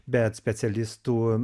bet specialistų